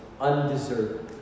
undeserved